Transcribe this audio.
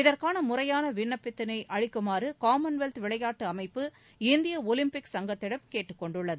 இதற்கான முறையான விண்ணப்பத்தினை அளிக்குமாறு காமன்வெல்த் விளையாட்டு அமைப்பு இந்திய ஒலிம்பிக் சங்கத்திடம் கேட்டுக்கொண்டுள்ளது